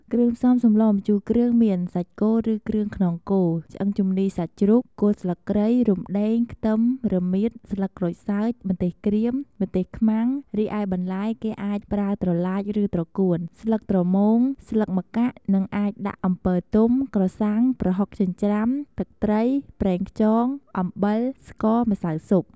គ្រឿងផ្សំសម្លម្ជូរគ្រឿងមាន សាច់គោឬគ្រឿងក្នុងគោ ឆ្អឹងជំនីសាច់់ជ្រូក គល់ស្លឹកគ្រៃ រំដេង ខ្ទឹម រមៀត ស្លឹកក្រូចសើច ម្ទេសក្រៀម ម្ទេសខ្មាំង រីឯបន្លែគេអាចប្រើត្រឡាចឬត្រកួន ស្លឹកត្រមូង ស្លឹកម្កាក់ និងអាចដាក់អំពិលទុំ ក្រសាំង ប្រហុកចិព្រ្ចាំ ទឹកត្រី ប្រេងខ្យង អំបិល ស្ករ ម្សៅស៊ុប។